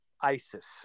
isis